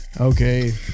okay